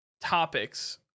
topics